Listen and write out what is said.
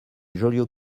joliot